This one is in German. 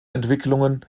entwicklungen